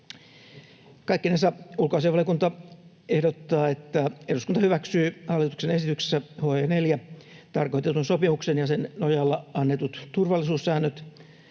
Kaikkinensa ulkoasianvaliokunta ehdottaa, että eduskunta hyväksyy hallituksen esityksessä HE 4 tarkoitetun sopimuksen ja sen nojalla annetut turvallisuussäännöt,